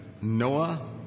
Noah